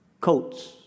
coats